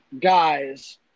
guys